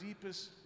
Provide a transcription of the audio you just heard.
deepest